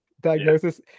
diagnosis